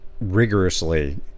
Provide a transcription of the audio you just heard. rigorously